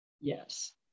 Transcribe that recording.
Yes